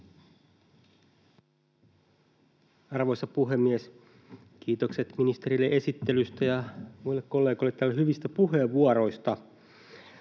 Arvoisa puhemies! Kiitokset ministerille esittelystä ja muille kollegoille täällä hyvistä puheenvuoroista.